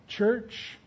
Church